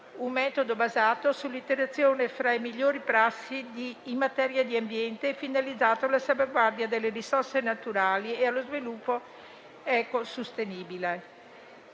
un metodo basato sull'interazione fra le migliori prassi in materia di ambiente, finalizzato alla salvaguardia delle risorse naturali e allo sviluppo ecosostenibile.